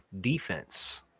defense